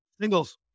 singles